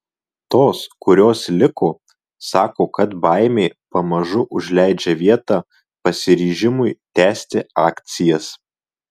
tos kurios liko sako kad baimė pamažu užleidžia vietą pasiryžimui tęsti akcijas